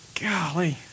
golly